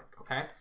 Okay